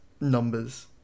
numbers